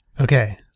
Okay